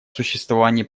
существовании